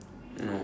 no eh